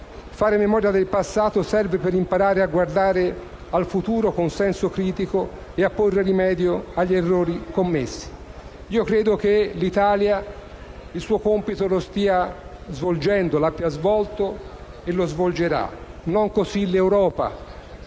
Fare memoria del passato serve per imparare a guardare al futuro con senso critico e a porre rimedio agli errori commessi. Credo che l'Italia il suo compito lo stia svolgendo, l'abbia svolto e lo svolgerà. Non così l'Europa: